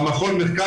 מרכז המחקר,